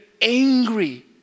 angry